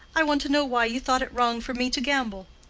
i want to know why you thought it wrong for me to gamble.